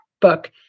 book